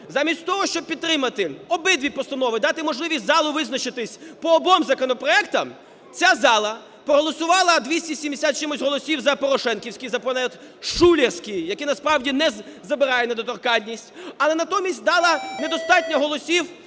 Замість того, щоб підтримати обидві постанови, дати можливість залу визначитись по обом законопроектам, ця зала проголосувала 270 з чимось голосів за порошенківський законопроект, шулерський, який насправді не забирає недоторканність, але натомість дала недостатньо голосів